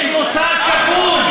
יש מוסר כפול.